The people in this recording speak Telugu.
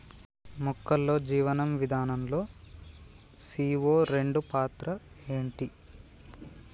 మొక్కల్లో జీవనం విధానం లో సీ.ఓ రెండు పాత్ర ఏంటి?